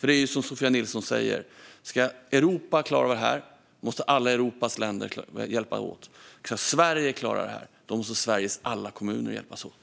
Det är ju som Sofia Nilsson säger att ska Europa klara det här måste alla Europas länder hjälpas åt, och ska Sverige klara det här måste Sveriges alla kommuner hjälpas åt.